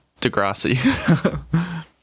Degrassi